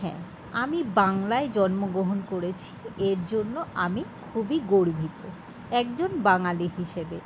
হ্যাঁ আমি বাংলায় জন্মগ্রহন করেছি এর জন্য আমি খুবই গর্বিত একজন বাঙালি হিসেবে